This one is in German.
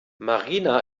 marina